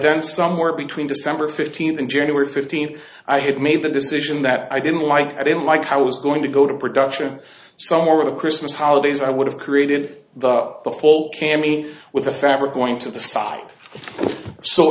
then somewhere between december fifteenth in january fifteenth i had made the decision that i didn't like i didn't like i was going to go to production somewhere with the christmas holidays i would have created the full can mean with the fabric going to the site so